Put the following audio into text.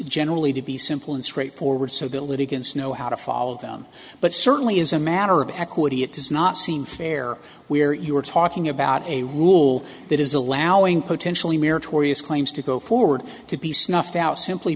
generally to be simple and straightforward so ability can snow how to follow them but certainly is a matter of equity it does not seem fair where you are talking about a rule that is allowing potentially meritorious claims to go forward to be snuffed out simply